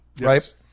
right